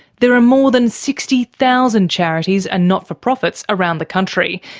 there are more than sixty thousand charities and not-for-profits around the country,